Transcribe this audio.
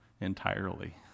entirely